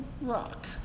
rock